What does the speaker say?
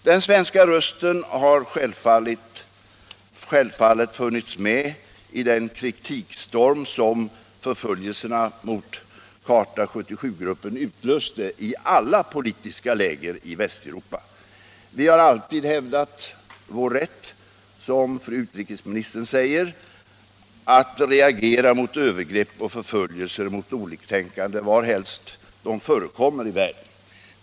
Den svenska rösten har självfallet funnits med i den kritikstorm som förföljelserna mot Charta 77-gruppen utlöste i alla politiska läger i Västeuropa. Vi har alltid hävdat vår rätt, som fru utrikesministern säger, att reagera mot övergrepp och förföljelser mot oliktänkande, varhelst de förekommer i världen.